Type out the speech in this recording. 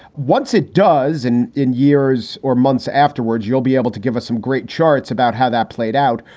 once it does, and in years or months afterwards, you'll be able to give us some great charts about how that played out,